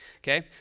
okay